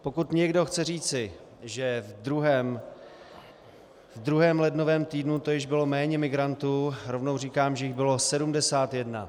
Pokud někdo chce říci, že v druhém lednovém týdnu to již bylo méně migrantů, rovnou říkám, že jich bylo 71.